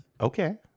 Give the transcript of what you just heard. Okay